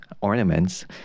ornaments